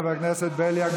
חבר הכנסת בליאק,